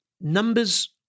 numbers